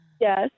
Yes